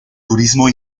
turismo